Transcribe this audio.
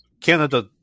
Canada